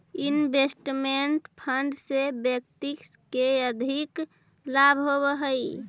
investment fund से व्यक्ति के आर्थिक लाभ होवऽ हई